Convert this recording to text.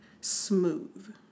smooth